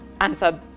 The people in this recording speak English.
answer